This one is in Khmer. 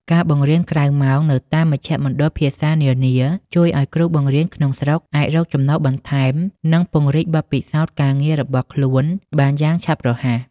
ការបង្រៀនក្រៅម៉ោងនៅតាមមជ្ឈមណ្ឌលភាសានានា ជួយឱ្យគ្រូបង្រៀនក្នុងស្រុកអាចរកចំណូលបន្ថែម និងពង្រីកបទពិសោធន៍ការងាររបស់ខ្លួនបានយ៉ាងឆាប់រហ័ស។